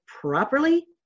properly